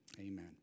amen